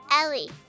Ellie